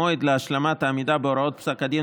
המועד להשלמת העמידה בהוראות פסק הדין